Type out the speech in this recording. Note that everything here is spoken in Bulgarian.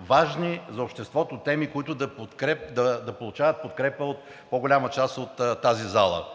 важни за обществото теми, които да получават подкрепа от по-голяма част от тази зала.